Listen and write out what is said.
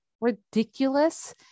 ridiculous